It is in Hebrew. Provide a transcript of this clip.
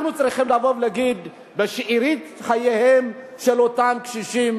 אנחנו צריכים לבוא ולהגיד שבשארית חייהם של אותם קשישים